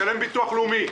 משלם ביטוח לאומי,